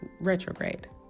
retrograde